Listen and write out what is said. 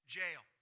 jail